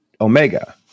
Omega